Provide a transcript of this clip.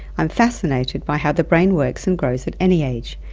i'm fascinated by how the brain works and grows at any age,